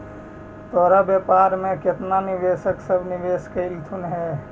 तोर व्यापार में केतना निवेशक सब निवेश कयलथुन हे?